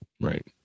Right